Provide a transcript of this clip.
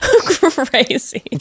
Crazy